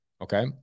Okay